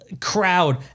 crowd